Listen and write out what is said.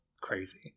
crazy